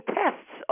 tests